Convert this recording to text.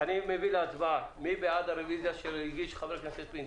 אני מביא להצבעה מי בעד הרביזיה שהגיש חבר הכנסת פינדרוס?